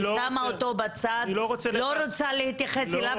אני שמה אותו בצד, לא רוצה להתייחס אליו.